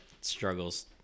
struggles